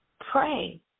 Pray